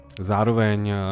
Zároveň